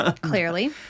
Clearly